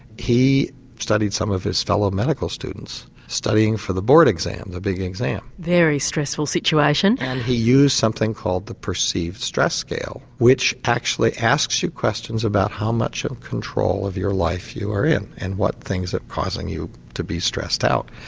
he studied some of his fellow medical students studying for the board exam, the big exam. a very stressful situation. and he used something called the perceived stress scale, which actually asks you questions about how much in control of your life you are in and what things are causing you to be stressed out.